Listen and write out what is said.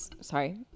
Sorry